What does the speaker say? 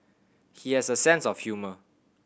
he has a sense of humour